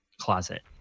closet